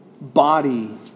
body